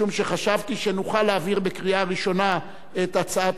משום שחשבתי שנוכל להעביר בקריאה ראשונה את הצעת